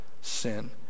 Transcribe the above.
sin